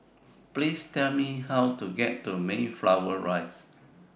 Please Tell Me How to get to Mayflower Rise